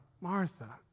Martha